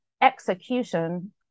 execution